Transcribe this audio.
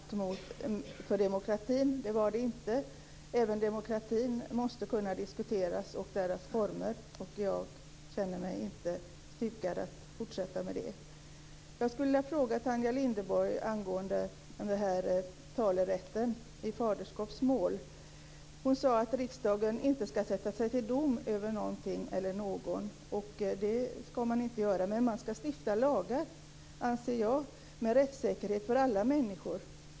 Fru talman! Jag är ledsen om Tanja Linderborg uppfattade mitt inledningsanförande som ett förakt mot demokratin. Det var det inte fråga om. Även demokratin måste kunna diskuteras. Jag känner mig inte hugad att fortsätta med det. Jag vill ställa en fråga till Tanja Linderborg om talerätten i faderskapsmål. Hon sade att riksdagen inte skall sätta sig till doms över någonting eller någon. Det skall man inte göra, men man skall stifta lagar med rättssäkerhet för alla människor.